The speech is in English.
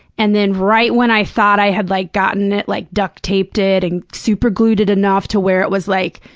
and then right when i thought i had, like, gotten it like, duct taped it and super glued it enough to where it was, like,